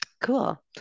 Cool